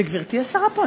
זו גברתי השרה פה?